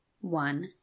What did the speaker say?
One